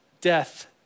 death